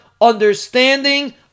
understanding